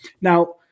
Now